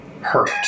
hurt